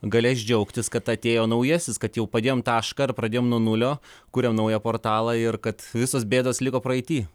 galės džiaugtis kad atėjo naujasis kad jau padėjom tašką ir pradėjom nuo nulio kuriam naują portalą ir kad visos bėdos liko praeity